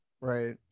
right